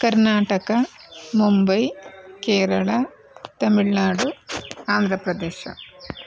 Karnataka Mumbai Kerala Tamil Nadu Andhra Pradesh